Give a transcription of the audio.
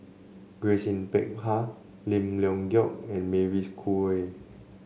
Grace Yin Peck Ha Lim Leong Geok and Mavis Khoo Oei